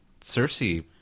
Cersei